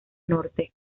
norte